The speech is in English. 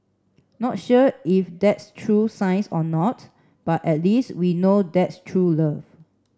not sure if that's true science or not but at least we know that's true love